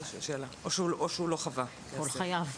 כל חייו.